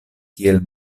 kiel